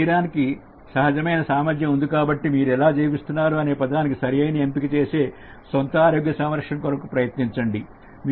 శరీరానికి సహజమైన సామర్ధ్యం ఉంది కాబట్టి మీరు ఎలా జీవిస్తున్నారో అనేదానిపై సరైన ఎంపిక చేసి సొంత ఆరోగ్య సంరక్షణ కొరకు ప్రయత్నించండి